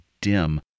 dim